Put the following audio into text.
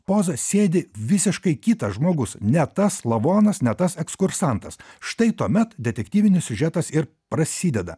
poza sėdi visiškai kitas žmogus ne tas lavonas ne tas ekskursantas štai tuomet detektyvinis siužetas ir prasideda